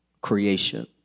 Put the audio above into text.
creation